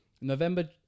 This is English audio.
November